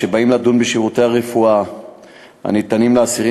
כשבאים לדון בשירותי הרפואה הניתנים לאסירים